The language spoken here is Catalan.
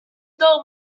del